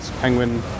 penguin